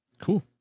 Cool